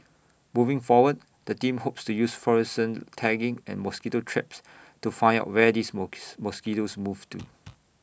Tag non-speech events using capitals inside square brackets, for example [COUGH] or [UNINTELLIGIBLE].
moving forward the team hopes to use fluorescent tagging and mosquito traps to find out where these [UNINTELLIGIBLE] mosquitoes move to